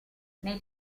nei